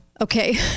Okay